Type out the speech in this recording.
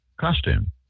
costume